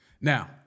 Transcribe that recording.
Now